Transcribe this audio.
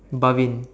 Bhavin